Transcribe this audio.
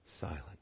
silent